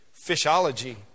fishology